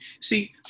See